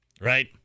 right